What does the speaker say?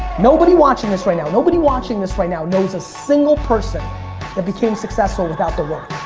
nobody watching this right now, nobody watching this right now knows a single person that became successful without the work.